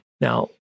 Now